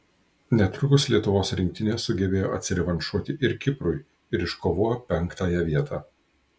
netrukus lietuvos rinktinė sugebėjo atsirevanšuoti ir kiprui ir iškovojo penktąją vietą